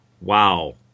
Wow